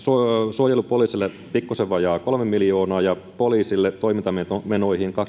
suojelupoliisille pikkuisen vajaat kolme miljoonaa ja poliisille toimintamenoihin